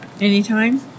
Anytime